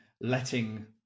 letting